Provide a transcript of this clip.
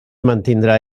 mantindrà